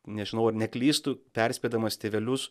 nežinau ar neklystu perspėdamas tėvelius